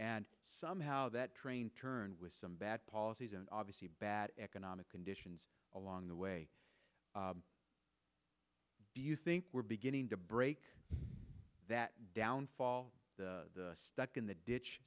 and somehow that train turned with some bad policies and obviously bad economic conditions along the way do you think we're beginning to break that down fall stuck in the ditch